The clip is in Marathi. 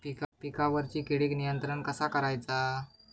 पिकावरची किडीक नियंत्रण कसा करायचा?